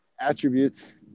attributes